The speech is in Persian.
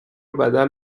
بدل